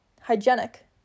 hygienic